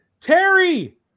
Terry